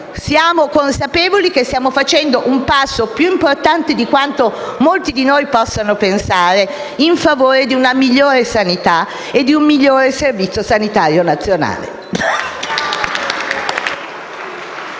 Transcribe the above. Siamo consapevoli che stiamo compiendo un passo molto più importante di quanto molti di noi possano pensare in favore di una migliore sanità e di un migliore Servizio sanitario nazionale.